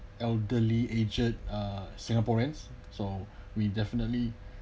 elderly aged uh singaporeans so we definitely